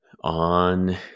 On